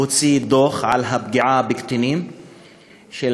הוא הוציא דוח על פגיעה בקטינים ב-2015.